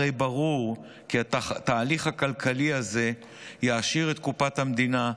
הרי ברור כי התהליך הכלכלי הזה יעשיר את קופת המדינה,